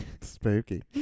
Spooky